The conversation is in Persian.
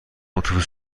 اتوبوس